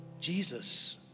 Jesus